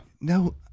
No